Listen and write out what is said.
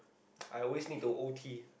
I always need to o_t